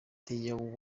there